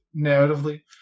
narratively